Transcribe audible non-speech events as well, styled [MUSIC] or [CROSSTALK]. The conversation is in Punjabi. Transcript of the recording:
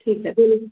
ਠੀਕ ਹੈ [UNINTELLIGIBLE]